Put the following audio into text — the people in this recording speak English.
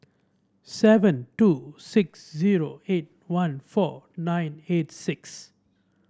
seven two six zero eight one four nine eight six